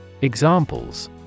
Examples